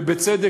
ובצדק,